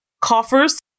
coffers